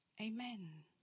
Amen